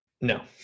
No